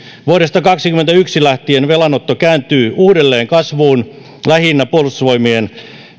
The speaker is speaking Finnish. vuodesta kaksikymmentäyksi lähtien velanotto kääntyy uudelleen kasvuun lähinnä puolustusvoimien